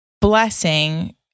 blessing